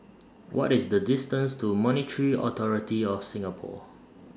What IS The distance to Monetary Authority of Singapore